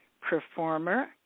performer